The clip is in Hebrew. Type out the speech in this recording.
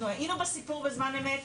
אנחנו היינו בסיפור בזמן אמת,